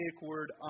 word